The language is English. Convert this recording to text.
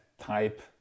Type